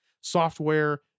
software